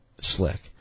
slick